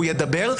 הוא ידבר,